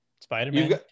Spider-Man